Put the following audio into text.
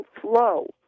flow